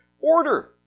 order